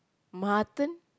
mutton